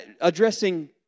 addressing